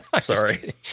sorry